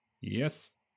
Yes